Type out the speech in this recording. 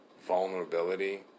vulnerability